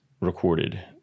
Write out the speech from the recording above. recorded